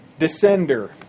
Descender